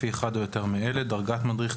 לפי אחד או יותר מאלה: דרגת מדריך,